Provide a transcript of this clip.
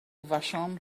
vashon